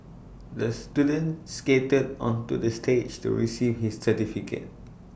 the student skated onto the stage to receive his certificate